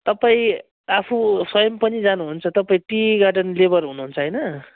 तपाईँ आफू स्वयम् पनि जानुहुन्छ तपाईँ टी गार्डन लेबर हुनुहुन्छ होइन